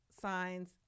signs